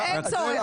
אין צורך.